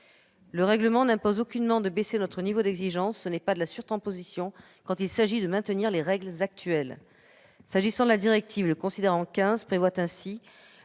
Le règlement n'impose aucunement de baisser notre niveau d'exigence. Ce n'est pas de la surtransposition quand il s'agit de maintenir nos règles actuelles ! S'agissant de la directive, le considérant 15 prévoit ainsi